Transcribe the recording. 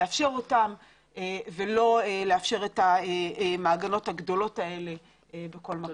לאפשר אותם ולא לאפשר את המעגנות הגדולות האלה בכל מקום.